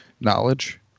knowledge